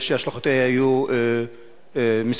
שהשלכותיה יהיו מסוכנות.